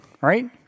right